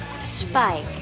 Spike